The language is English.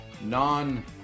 non